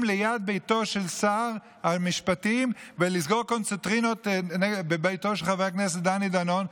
ליד ביתו של שר המשפטים ולסגור קונצרטינות בביתו של חבר הכנסת דני דנון.